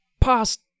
past